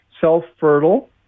self-fertile